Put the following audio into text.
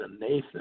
Nathan